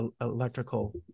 electrical